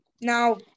Now